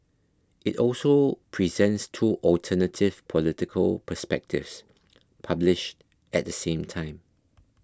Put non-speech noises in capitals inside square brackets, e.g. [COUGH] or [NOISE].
it also presents two alternative political perspectives [NOISE] published at the same time